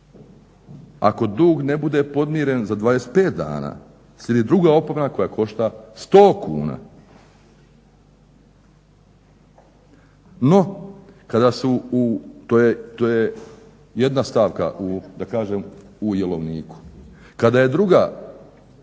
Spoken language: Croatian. Ako dug ne bude podmiren za 25 dana, slijedi druga opomena koja košta 100 kuna". No, kada su to je jedna stavka u jelovniku. Kada je drugi